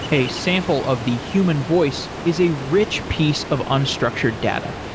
a sample of the human voice is a rich piece of unstructured data.